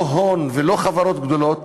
לא ההון ולא חברות גדולות,